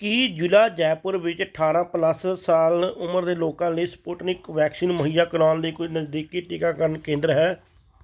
ਕੀ ਜ਼ਿਲ੍ਹਾ ਜੈਪੁਰ ਵਿੱਚ ਅਠਾਰਾਂ ਪਲੱਸ ਸਾਲ ਉਮਰ ਦੇ ਲੋਕਾਂ ਲਈ ਸਪੁਟਨਿਕ ਵੈਕਸੀਨ ਮੁਹੱਈਆ ਕਰਵਾਉਣ ਲਈ ਕੋਈ ਨਜ਼ਦੀਕੀ ਟੀਕਾਕਰਨ ਕੇਂਦਰ ਹੈ